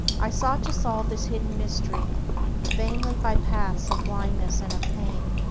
i sought to solve this hidden mystery vainly by paths of blindness and of pain,